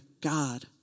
God